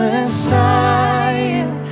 Messiah